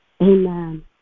Amen